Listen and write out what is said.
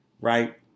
Right